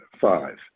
five